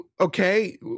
okay